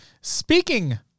Speaking